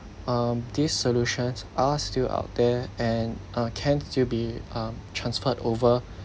um these solutions are still out there and uh can still be um transferred over